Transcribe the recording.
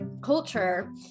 culture